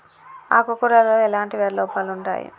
ఆకు కూరలో ఎలాంటి వ్యాధి లోపాలు ఉంటాయి?